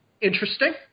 interesting